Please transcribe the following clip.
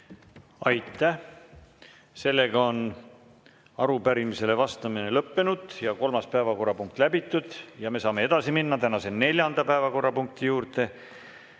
Aitäh! Sellega on arupärimisele vastamine on lõppenud ja kolmas päevakorrapunkt läbitud. Me saame edasi minna tänase neljanda päevakorrapunkti juurde.